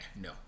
no